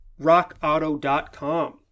rockauto.com